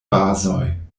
bazoj